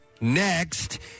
next